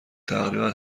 تقریبا